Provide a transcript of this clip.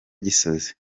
gisozi